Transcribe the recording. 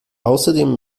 außerdem